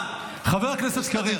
חבר הכנסת קריב.